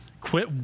Quit